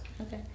Okay